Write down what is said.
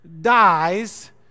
dies